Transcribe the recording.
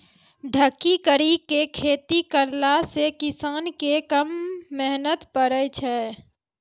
ढकी करी के खेती करला से किसान के मेहनत कम पड़ै छै